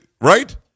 Right